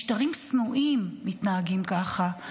משטרים שנואים מתנהגים ככה.